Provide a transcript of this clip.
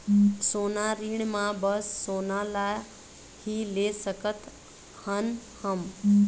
सोना ऋण मा बस सोना ला ही ले सकत हन हम?